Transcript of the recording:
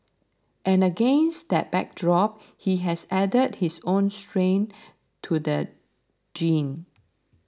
and against that backdrop he has added his own strain to the genre